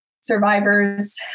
survivors